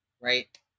right